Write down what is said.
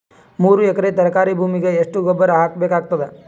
ಮೂರು ಎಕರಿ ತರಕಾರಿ ಭೂಮಿಗ ಎಷ್ಟ ಗೊಬ್ಬರ ಹಾಕ್ ಬೇಕಾಗತದ?